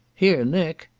here nick,